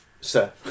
sir